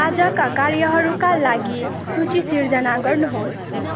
आजका कार्यहरूका लागि सूची सृजना गर्नुहोस्